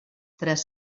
tres